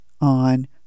on